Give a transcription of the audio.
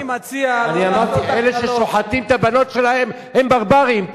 אני אמרתי: אלה ששוחטים את הבנות שלהם הם ברברים.